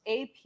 AP